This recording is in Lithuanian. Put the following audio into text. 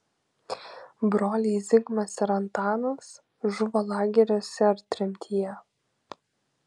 broliai zigmas ir antanas žuvo lageriuose ar tremtyje